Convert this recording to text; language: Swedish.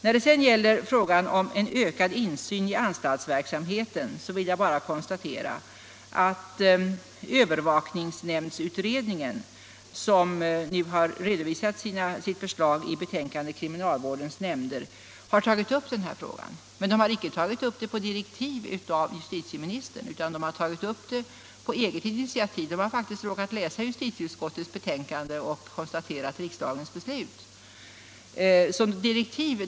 När det sedan gäller frågan om en ökad insyn i anstaltsverksamheten vill jag bara konstatera att övervakningsnämndsutredningen, som nu har redovisat sitt förslag i betänkandet Kriminalvårdens nämnder, har tagit upp denna fråga. Men utredningen har inte tagit upp den på direktiv av justitieministern utan på eget initiativ. Man har faktiskt råkat läsa justitieutskottets betänkande och konstaterat riksdagens beslut.